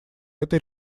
этой